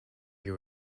you